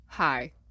Hi